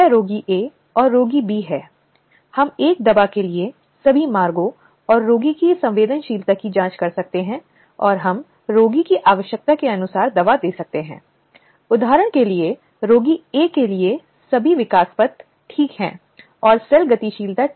यह भी आलोचना थी कि कई संगठनों ने 1997 के दिशानिर्देश का पालन नहीं किया था और आवश्यक शिकायत तंत्र स्थापित नहीं किया था जो अदालत द्वारा निर्देशित किया गया था